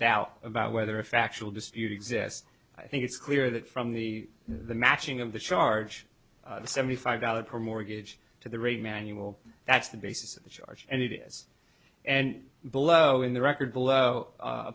doubt about whether a factual dispute exists i think it's clear that from the the matching of the charge seventy five dollars per mortgage to the rate manual that's the basis the charge and it is and below in the record below u